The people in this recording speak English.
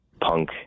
punk